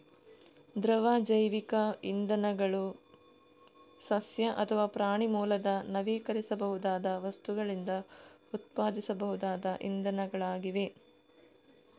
ದ್ರವ ಜೈವಿಕ ಇಂಧನಗಳು ಸಸ್ಯ ಅಥವಾ ಪ್ರಾಣಿ ಮೂಲದ ನವೀಕರಿಸಬಹುದಾದ ವಸ್ತುಗಳಿಂದ ಉತ್ಪಾದಿಸಬಹುದಾದ ಇಂಧನಗಳಾಗಿವೆ